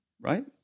right